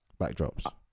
backdrops